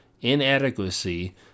inadequacy